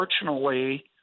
unfortunately